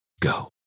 go